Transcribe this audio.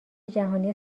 جهانی